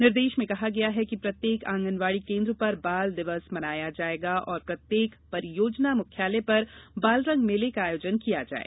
निर्देश में कहा गया है कि प्रत्येक आंगनबाड़ी केन्द्र पर बाल दिवस मनाया जाये और प्रत्येक परियोजना मुख्यालय पर बालरंग मेले का आयोजन किया जाये